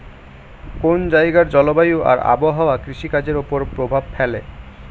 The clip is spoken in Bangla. কোন জায়গার জলবায়ু আর আবহাওয়া কৃষিকাজের উপর প্রভাব ফেলে